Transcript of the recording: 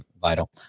vital